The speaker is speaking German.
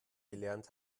gelernt